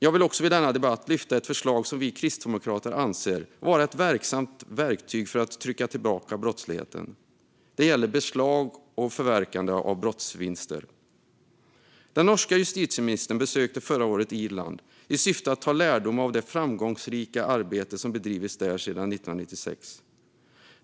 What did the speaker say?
Jag vill i denna debatt också lyfta ett förslag som vi kristdemokrater anser vara ett verksamt verktyg för att trycka tillbaka brottsligheten. Det gäller beslag och förverkande av brottsvinster. Den norska justitieministern besökte förra året Irland i syfte att dra lärdom av det framgångsrika arbete som bedrivits där sedan 1996.